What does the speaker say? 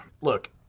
Look